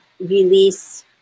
release